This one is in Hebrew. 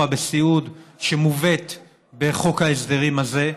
בסיעוד שמובאת בחוק ההסדרים הזה.